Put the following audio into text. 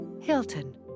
Hilton